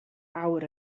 awr